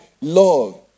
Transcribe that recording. love